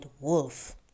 wolf